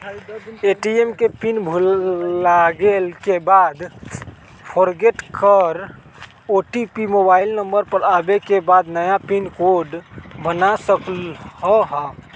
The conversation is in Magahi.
ए.टी.एम के पिन भुलागेल के बाद फोरगेट कर ओ.टी.पी मोबाइल नंबर पर आवे के बाद नया पिन कोड बना सकलहु ह?